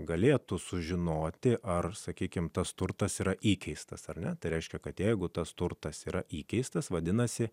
galėtų sužinoti ar sakykim tas turtas yra įkeistas ar ne tai reiškia kad jeigu tas turtas yra įkeistas vadinasi